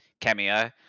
cameo